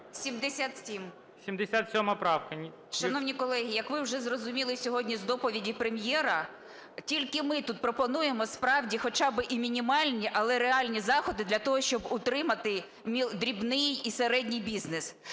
Н.П. Шановні колеги, як ви вже зрозуміли сьогодні з доповіді Прем'єра, тільки ми тут пропонуємо справді, хоча би і мінімальні, але реальні заходи для того, щоб утримати дрібний і середній бізнес.